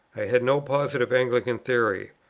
i had no positive anglican theory.